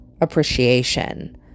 appreciation